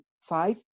five